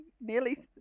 nearly